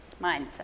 mindset